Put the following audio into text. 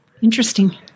interesting